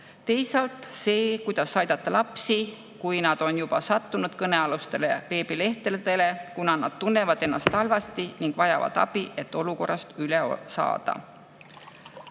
teisalt sellel, kuidas aidata lapsi, kui nad on juba sattunud kõnealustele veebilehtedele ning tunnevad ennast halvasti ja vajavad abi, et olukorrast üle saada.